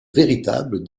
véritable